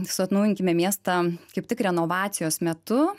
su atnaujinkime miestą kaip tik renovacijos metu